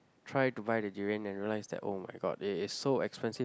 try to buy the durian and realise that oh-my-god it is so expensive